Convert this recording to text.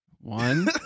One